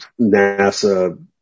NASA